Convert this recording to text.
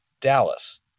Dallas